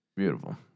Beautiful